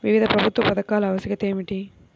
వివిధ ప్రభుత్వ పథకాల ఆవశ్యకత ఏమిటీ?